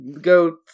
go